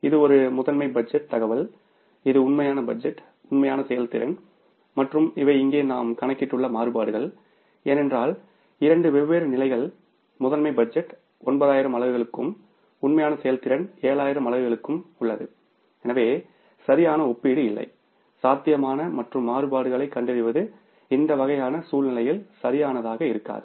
இது ஒரு முதன்மை பட்ஜெட் தகவல் இது உண்மையான பட்ஜெட் உண்மையான செயல்திறன் மற்றும் இவை இங்கே நாம் கணக்கிட்டுள்ள மாறுபாடுகள் ஏனென்றால் இரண்டு வெவ்வேறு நிலைகள் முதனமை பட்ஜெட் 9000 அலகுகளுக்கும் உண்மையான செயல்திறன் 7000 அலகுகளுக்கும் உள்ளது எனவே சரியான ஒப்பீடு இல்லை சாத்தியமான மற்றும் மாறுபாடுகளைக் கண்டறிவது இந்த வகையான சூழ்நிலையில் சரியானதாக இருக்காது